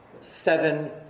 Seven